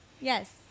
Yes